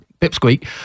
pipsqueak